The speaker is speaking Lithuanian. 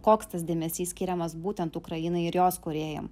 koks tas dėmesys skiriamas būtent ukrainai ir jos kūrėjam